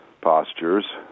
postures